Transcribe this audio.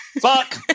Fuck